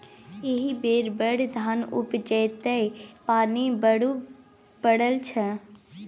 एहि बेर बड़ धान उपजतै पानि बड्ड पड़ल छै